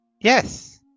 Yes